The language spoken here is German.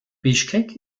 bischkek